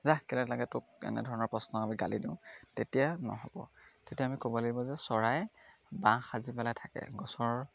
যাহ কেলৈ লাগে তোক এনেধৰণৰ প্ৰশ্ন আমি গালি দিওঁ তেতিয়া নহ'ব তেতিয়া আমি ক'ব লাগিব যে চৰাই বাঁহ সাজি পেলাই থাকে গছৰ